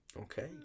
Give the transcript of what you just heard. Okay